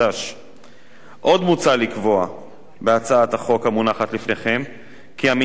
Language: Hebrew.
עוד מוצע לקבוע בהצעת החוק המונחת לפניכם כי המניין החוקי בישיבותיה